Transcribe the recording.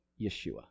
Yeshua